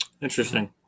Interesting